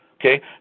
Okay